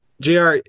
JR